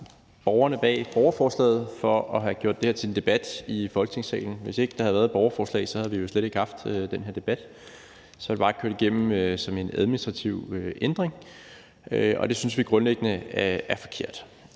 borgerne bag borgerforslaget for at have gjort det her til en debat i Folketingssalen. Hvis ikke der havde været et borgerforslag, havde vi slet ikke haft den her debat, så havde vi bare kørt det igennem som en administrativ ændring, og det synes vi grundlæggende er forkert.